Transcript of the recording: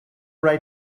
write